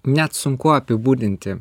net sunku apibūdinti